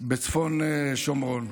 בצפון שומרון.